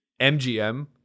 MGM